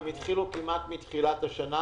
הן התחילו כמעט בתחילת השנה,